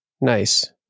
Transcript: Nice